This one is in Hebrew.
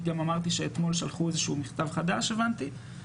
אני גם אמרתי שאתמול שלחו איזשהו מכתב חדש מנציגי